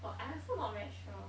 orh I also not very sure